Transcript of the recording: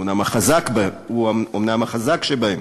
הוא אומנם החזק שבהם,